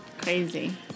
Crazy